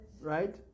Right